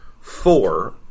Four